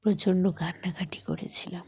প্রচণ্ড কান্নাকাটি করেছিলাম